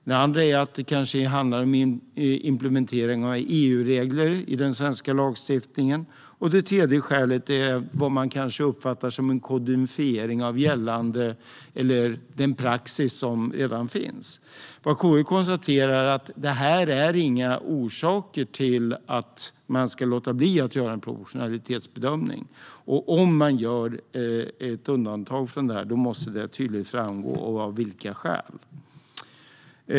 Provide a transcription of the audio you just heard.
Det andra är att det kan handla om implementering av EU-regler i den svenska lagstiftningen. Det tredje är vad man kan uppfatta som en kodifiering av den praxis som redan finns. Vad KU konstaterar är att detta inte är några orsaker till att man ska låta bli att göra en proportionalitetsbedömning. Om man gör ett undantag måste det tydligt framgå, och av vilka skäl.